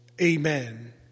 amen